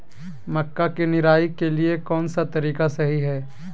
मक्का के निराई के लिए कौन सा तरीका सही है?